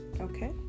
Okay